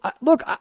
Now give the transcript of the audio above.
look